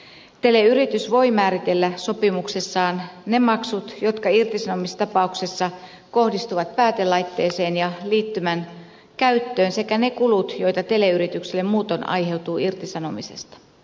teleyritys voi määritellä sopimuksessaan ne maksut jotka irtisanomistapauksessa kohdistuvat päätelaitteeseen ja liittymän käyttöön sekä ne kulut joita teleyritykselle muutoin aiheutuu irtisanomisesta